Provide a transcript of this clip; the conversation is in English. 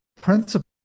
principle